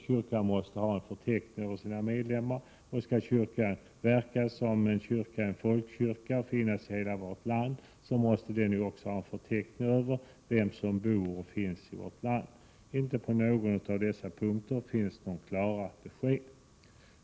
Kyrkan måste ha en förteckning över sina medlemmar. Om kyrkan skall verka som en folkkyrka och finnas i hela vårt land måste den också ha en förteckning över dem som bor och finns i landet. Inte på någon av dessa punkter ges klara besked.